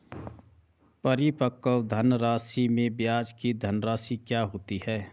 परिपक्व धनराशि में ब्याज की धनराशि क्या होती है?